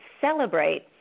celebrate